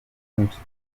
byinshi